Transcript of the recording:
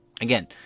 Again